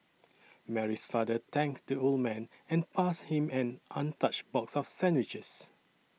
Mary's father thanked the old man and passed him an untouched box of sandwiches